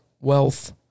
wealth